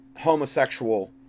homosexual